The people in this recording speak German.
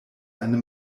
eine